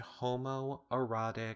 homoerotic